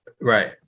right